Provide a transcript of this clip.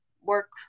work